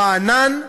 רענן,